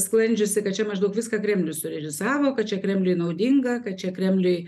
sklandžiusi kad čia maždaug viską kremlius surealizavo kad čia kremliui naudinga kad čia kremliui